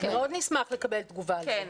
מאוד נשמח לקבל תגובה על זה.